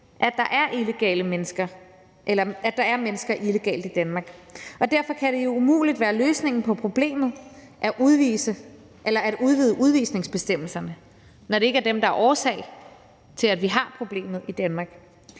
have været årsagen til, at der er mennesker illegalt i Danmark. Derfor kan det umuligt være løsningen på problemet at udvide udvisningsbestemmelserne, når det ikke er dem, der er årsag til, at vi har problemet i Danmark.